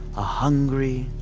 a hungry,